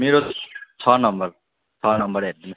मेरो छ नम्बर छ नम्बर हेरिदिनुहोस् न